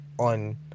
on